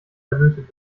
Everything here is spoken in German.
verlötet